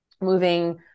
moving